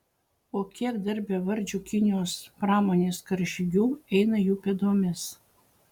o kiek dar bevardžių kinijos pramonės karžygių eina jų pėdomis